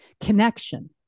Connection